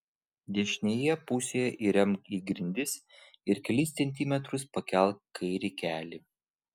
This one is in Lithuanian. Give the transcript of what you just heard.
dešinėje pusėje įremk į grindis ir kelis centimetrus pakelk kairį kelį